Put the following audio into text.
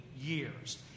years